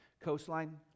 coastline